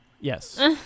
Yes